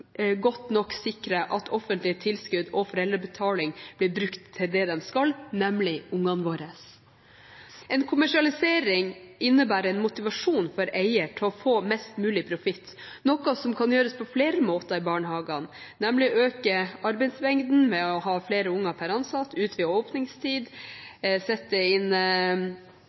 godt nok sikrer at offentlige tilskudd og foreldrebetaling blir brukt til det de skal, nemlig barna våre. En kommersialisering innebærer en motivasjon for eieren til å få mest mulig profitt, noe som kan gjøres på flere måter i barnehagene, nemlig å øke arbeidsmengden, ved å ha flere barn per ansatt, utvide åpningstiden uten å sette inn